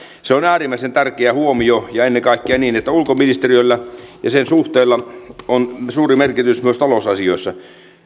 se on on äärimmäisen tärkeä huomio ja ennen kaikkea niin että ulkoministeriöllä ja sen suhteilla on suuri merkitys myös talousasioissa